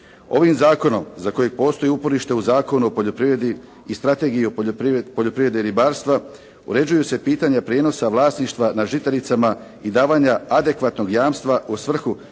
Ovim zakonom za kojeg postoji uporište u Zakonu o poljoprivredi i Strategiji poljoprivrede i ribarstva uređuju se pitanja prijenosa vlasništva na žitaricama i davanja adekvatnog jamstva u svrhu